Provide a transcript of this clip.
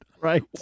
Right